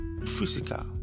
physical